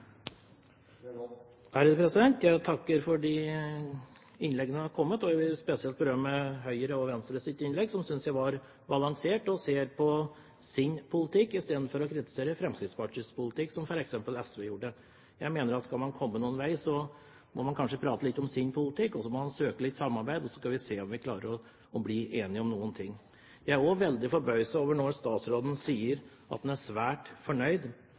dagens interpellasjon. Jeg takker for de innleggene som er kommet. Jeg vil spesielt berømme Høyre og Venstre for deres innlegg, som jeg synes var balanserte, og hvor man ser på sin politikk istedenfor å kritisere Fremskrittspartiets politikk, slik f.eks. SV gjorde. Jeg mener at skal man komme noen vei, må man prate litt om sin politikk. Så må man søke litt samarbeid, og så kan man se om man klarer å bli enige om noe. Jeg er også veldig forbauset over at statsråden sier at han er svært fornøyd,